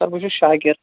سَر بہٕ چھُس شاکِر